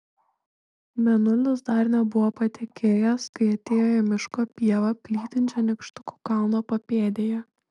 mėnulis dar nebuvo patekėjęs kai atėjo į miško pievą plytinčią nykštukų kalno papėdėje